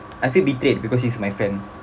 I feel betrayed because he's my friend